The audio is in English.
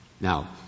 now